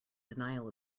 denial